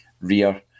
rear